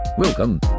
Welcome